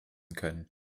können